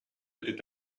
était